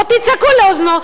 או תצעקו לאוזנו,